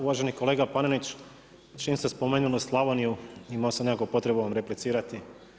Uvaženi kolega Panenić, čim ste spomenuli Slavoniju imao sam nekako potrebu vam replicirati.